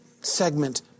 segment